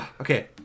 Okay